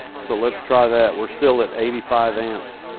so let's try that. we're still at eighty-five amps.